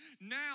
now